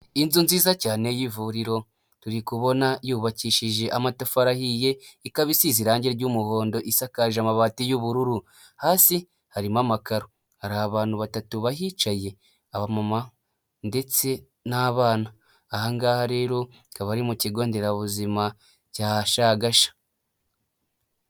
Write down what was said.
Inzu nziza cyane y'ivuriro turi kubona yubakishije amatafari ahiye ikaba isize irangi ry'umuhondo isakaje amabati y'ubururu, hasi harimo amakaro, hari abantu batatu bahicaye: abamama ndetse n'abana ahangaha rero akaba ari mu kigo nderabuzima cya Shagasha.